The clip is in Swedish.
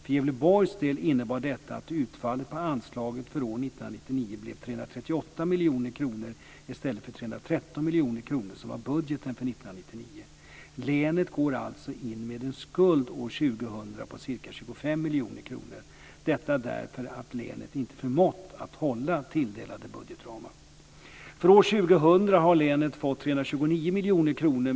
För Gävleborgs del innebar detta att utfallet på anslaget för år 1999 blev 338 miljoner kronor i stället för 313 miljoner kronor, som var budgeten för år 1999. Länet går alltså in med en skuld år 2000 på ca 25 miljoner kronor därför att länet inte förmått att hålla tilldelade budgetramar. För år 2000 har länet fått 329 miljoner kronor.